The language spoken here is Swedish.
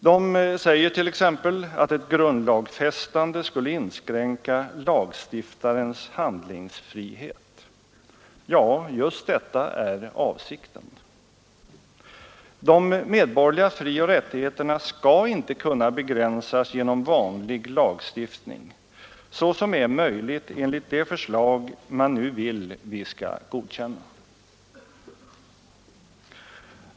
De säger t.ex. att ett grundlagsfästande skulle inskränka lagstiftarens handlingsfrihet. Ja, just detta är avsikten. De medborgerliga frioch rättigheterna skall inte kunna begränsas genom vanlig lagstiftning så som är möjligt enligt de förslag man nu vill att vi skall godkänna.